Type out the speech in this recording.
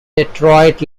detroit